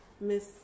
miss